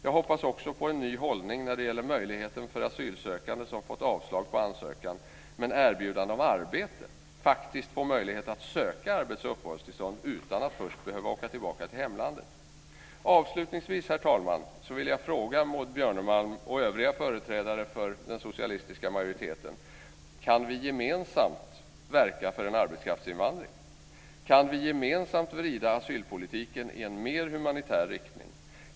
Jag hoppas också på en ny hållning när det gäller möjligheten för asylsökande som fått avslag på ansökan men erbjudande om arbete, dvs. att de faktiskt kan få möjlighet att söka arbetsoch uppehållstillstånd utan att först behöva åka tillbaka till hemlandet. Herr talman! Avslutningsvis vill jag fråga Maud Björnemalm och övriga företrädare för den socialistiska majoriteten följande: Kan vi gemensamt verka för en arbetskraftsinvandring? Kan vi gemensamt vrida asylpolitiken i en mer humanitär riktning?